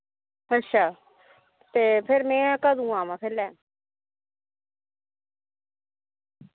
अच्छा ते फिर मैं कदूं आवां फिर लैं